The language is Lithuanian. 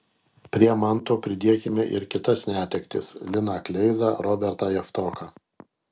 prie manto pridėkime ir kitas netektis liną kleizą robertą javtoką